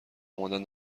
اومدن